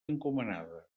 encomanada